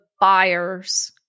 buyer's